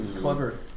clever